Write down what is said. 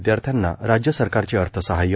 विद्याथ्र्यांना राज्य सरकारचे अर्थसहाय्य